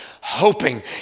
hoping